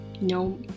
no